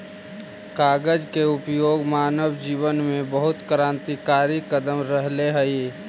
कागज के उपयोग मानव जीवन में बहुत क्रान्तिकारी कदम रहले हई